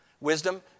Wisdom